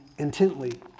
intently